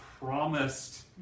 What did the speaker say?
promised